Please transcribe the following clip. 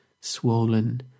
swollen